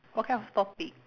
what kind of topic